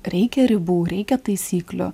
reikia ribų reikia taisyklių